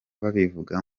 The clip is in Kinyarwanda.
babivuga